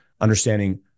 understanding